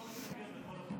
הוא לא מתנגד, לכל הפחות.